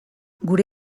gure